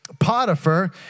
Potiphar